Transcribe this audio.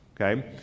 okay